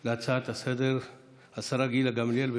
על ההצעה לסדר-היום השרה גילה גמליאל,